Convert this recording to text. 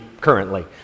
currently